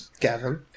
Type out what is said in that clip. Gavin